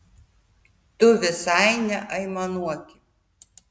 tu visai neaimanuoki